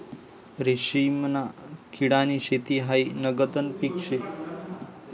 रेशीमना किडानी शेती हायी नगदनं पीक शे